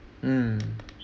mm